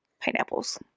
Pineapples